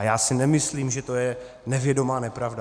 Já si nemyslím, že to je nevědomá nepravda.